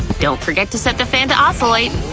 don't forget to set the fan to oscillate!